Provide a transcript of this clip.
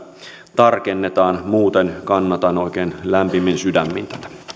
tarkennetaan muuten kannatan oikein lämpimin sydämin